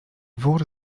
wór